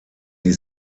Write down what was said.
die